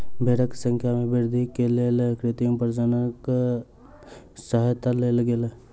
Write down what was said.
भेड़क संख्या में वृद्धि के लेल कृत्रिम प्रजननक सहयता लेल गेल